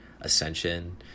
ascension